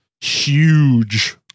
huge